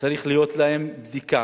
צריכה להיות להם בדיקה,